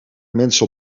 mensen